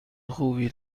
خوبی